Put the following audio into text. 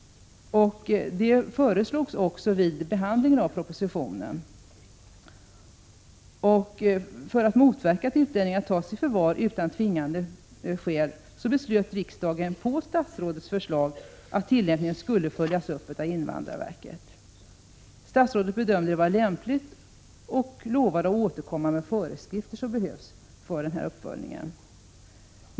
Det föreslogs också vid behandlingen av propositionen. För att motverka att utlänningar tas i förvar utan tvingande skäl beslöt riksdagen på statsrådets förslag att tillämpningen skulle följas upp av invandrarverket. Statsrådet bedömde det vara lämpligt och lovade att återkomma med de föreskrifter som behövdes för denna uppföljning.